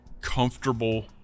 comfortable